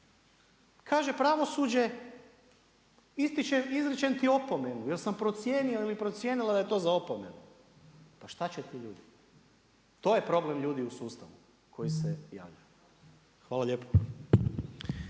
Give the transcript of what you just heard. Kaže pravosuđe izričem ti opomenuo, jer sam procijenio ili procijenila da je to za opomenu. Pa šta će ti ljudi? To je problem ljudi u sustavu koji se javljaju. Hvala lijepo.